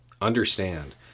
Understand